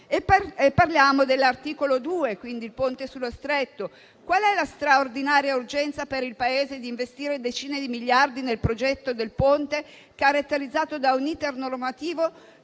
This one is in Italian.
Parliamo dell'articolo 2, quindi del Ponte sullo Stretto: qual è la straordinaria urgenza per il Paese di investire decine di miliardi nel progetto del Ponte, caratterizzato da un *iter* normativo,